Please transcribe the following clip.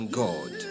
god